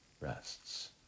rests